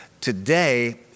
today